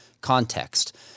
context—